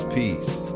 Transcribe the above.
peace